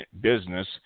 business